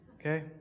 okay